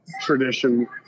tradition